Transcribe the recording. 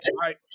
right